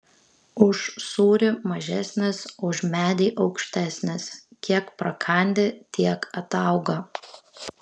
už sūrį mažesnis už medį aukštesnis kiek prakandi tiek atauga